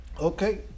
Okay